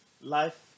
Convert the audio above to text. life